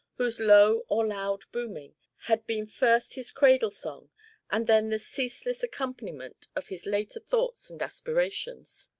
whose low or loud booming had been first his cradle song and then the ceaseless accompaniment of his later thoughts and aspirations.